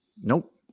Nope